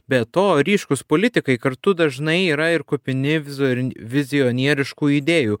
be to ryškūs politikai kartu dažnai yra ir kupini vizuor vizionieriškų idėjų